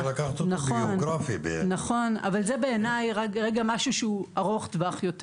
זה דבר שהוא יותר ארוך-טווח.